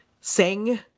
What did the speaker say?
Sing